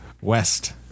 west